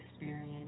experience